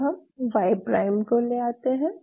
अब हम Y prime को ले आते हैं